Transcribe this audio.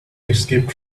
escaped